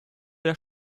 der